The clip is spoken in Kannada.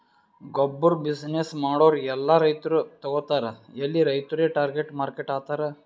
ಗೊಬ್ಬುರ್ ಬಿಸಿನ್ನೆಸ್ ಮಾಡೂರ್ ಎಲ್ಲಾ ರೈತರು ತಗೋತಾರ್ ಎಲ್ಲಿ ರೈತುರೇ ಟಾರ್ಗೆಟ್ ಮಾರ್ಕೆಟ್ ಆತರ್